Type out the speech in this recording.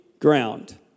ground